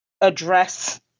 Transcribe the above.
address